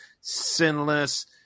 sinless